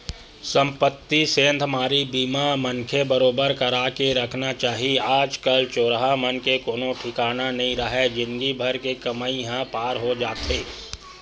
संपत्ति सेंधमारी बीमा मनखे बरोबर करा के रखना चाही आज कल चोरहा मन के कोनो ठिकाना नइ राहय जिनगी भर के कमई ह पार हो जाथे